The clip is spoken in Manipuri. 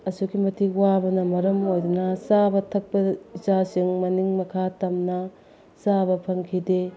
ꯑꯁꯨꯛꯀꯤ ꯃꯇꯤꯛ ꯋꯥꯕꯅ ꯃꯔꯝ ꯑꯣꯏꯗꯨꯅ ꯆꯥꯕ ꯊꯛꯄꯗ ꯏꯆꯥꯁꯤꯡ ꯃꯅꯤꯡ ꯃꯈꯥ ꯇꯝꯅ ꯆꯥꯕ ꯐꯪꯈꯤꯗꯦ